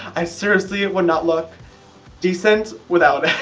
i seriously would not look decent without